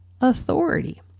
authority